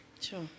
Sure